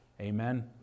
Amen